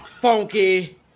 funky